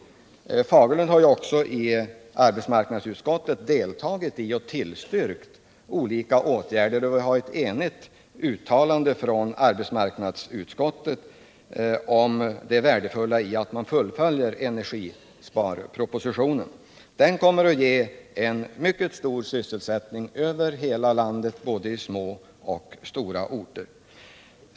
Bengt Fagerlund har också i arbetsmarknadsutskottet deltagit i och tillstyrkt olika åtgärder i anledning av denna proposition. Vi har ett enhälligt uttalande från arbetsmarknadsutskottet om det värdefulla i att fullfölja energisparpropositionen. Den kommer att ge en mycket stor sysselsättning över hela landet i både små och stora orter.